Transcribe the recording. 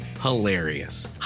hilarious